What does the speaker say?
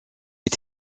est